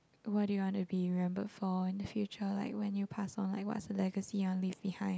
what do you want to be remembered for in the future like when you pass on like what is the legacy you want leave behind